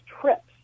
trips